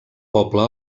poble